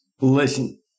listen